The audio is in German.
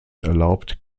erlaubt